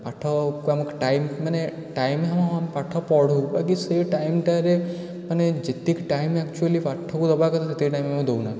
ପାଠକୁ ଆମେ ଟାଇମ୍ ମାନେ ଟାଇମ୍ ହଁ ହଁ ପାଠ ପଢ଼ୁ ବାକି ସେ ଟାଇମ୍ଟାରେ ମାନେ ଯେତିକି ଟାଇମ୍ ଆକ୍ଚୁଆଲି ପାଠକୁ ଦେବା କଥା ସେତିକି ଟାଇମ୍ ଆମେ ଦେଉନାହୁଁ